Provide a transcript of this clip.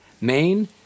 Maine